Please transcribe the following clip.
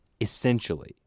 essentially